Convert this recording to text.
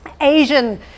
Asian